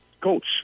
coach